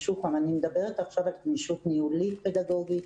שוב, אני מדברת עכשיו על גמישות ניהולית פדגוגית,